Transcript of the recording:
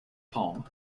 palm